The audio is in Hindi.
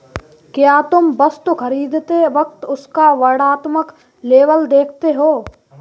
क्या तुम वस्तु खरीदते वक्त उसका वर्णात्मक लेबल देखते हो?